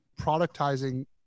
productizing